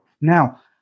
now